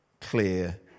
clear